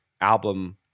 album